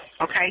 Okay